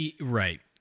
Right